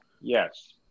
yes